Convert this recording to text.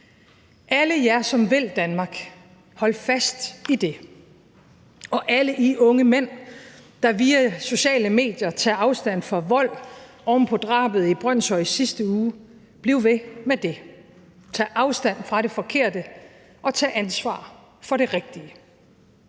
alle jer, som vil Danmark, vil jeg sige: Hold fast i det. Og til alle I unge mænd, der via sociale medier tager afstand fra vold oven på drabet i Brønshøj i sidste uge, vil jeg sige: Bliv ved med det, tag afstand fra det forkerte, og tag ansvar for det rigtige.